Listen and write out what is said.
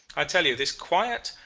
i tell you this quiet,